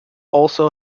also